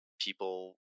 people